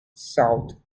south